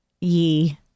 ye